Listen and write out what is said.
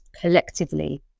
collectively